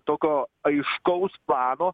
tokio aiškaus plano